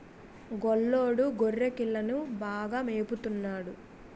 గొల్లోడు గొర్రెకిలని బాగా మేపత న్నాడు